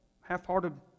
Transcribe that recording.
half-hearted